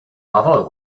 novel